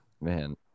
Man